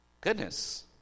Goodness